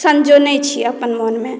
समझेने छियऽ अपन मोनमे